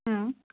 ಹಾಂ